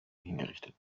hingerichtet